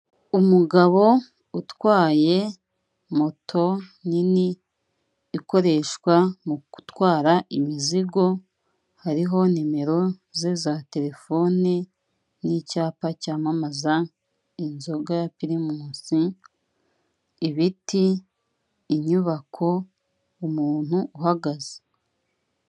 Umugabo utwaye moto nini ikoreshwa mu gutwara imizigo, hariho nimero ze za terefone n'icyapa cyamamaza inzoga ya pirimusi, ibiti, inyubako, umuntu uhagaze.